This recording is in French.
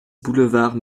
boulevard